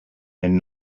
and